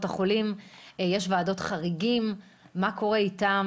החולים בוועדות חריגים - מה קורה איתן?